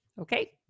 okay